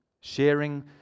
sharing